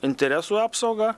interesų apsaugą